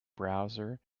browser